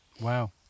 Wow